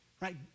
right